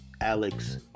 Alex